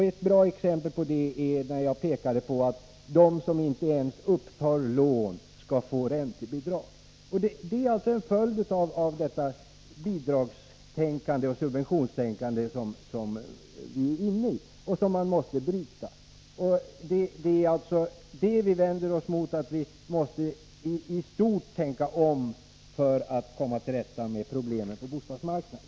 Ett bra exempel på detta är det som jag pekade på tidigare, nämligen att de som inte ens upptar lån skall få räntebidrag. Det är en följd av det bidragstänkande och subventionstänkande som vi är inne i och som vi måste bryta. Vi måste i stort tänka om för att komma till rätta med problemen på bostadsmarknaden.